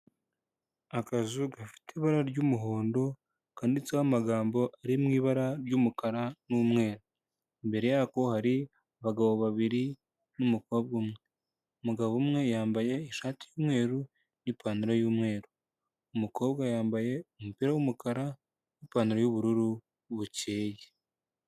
Akazu gafite ibara ry'umuhondo kanditseho amagambo ari mu ibara ry'umukara n'umweru, imbere yako hari abagabo babiri n'umukobwa umwe, umugabo umwe yambaye ishati y'umweru n'ipantaro y'umweru, umukobwa yambaye umupira w'umukara n'ipantaro y'ubururu bukeye.